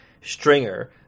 Stringer